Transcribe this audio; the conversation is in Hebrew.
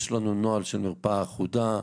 יש לנו נוהל של מרפאה אחודה,